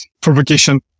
provocation